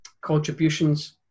contributions